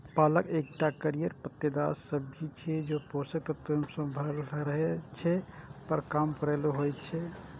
पालक एकटा हरियर पत्तेदार सब्जी छियै, जे पोषक तत्व सं भरल रहै छै, पर कम कैलोरी होइ छै